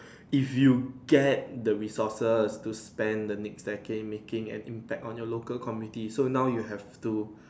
if you get the resources to spend the next decade making an impact on your local community so now you have to